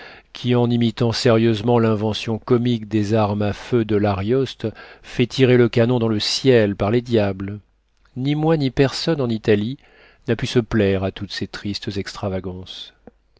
qui en imitant sérieusement l'invention comique des armes à feu de l'arioste fait tirer le canon dans le ciel par les diables ni moi ni personne en italie n'a pu se plaire à toutes ces tristes extravagances